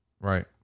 right